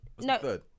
No